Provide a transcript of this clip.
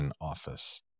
office